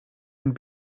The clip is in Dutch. een